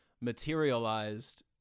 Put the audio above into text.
materialized